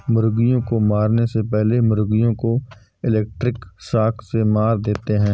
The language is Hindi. मुर्गियों को मारने से पहले मुर्गियों को इलेक्ट्रिक शॉक से मार देते हैं